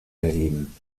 erheben